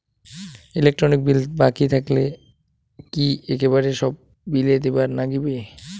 Electric bill বাকি থাকিলে কি একেবারে সব বিলে দিবার নাগিবে?